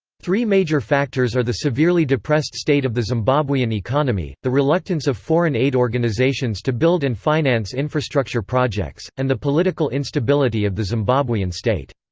three major factors are the severely depressed state of the zimbabwean economy, the reluctance of foreign aid organizations to build and finance infrastructure projects, and the political instability of the zimbabwean state.